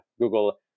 Google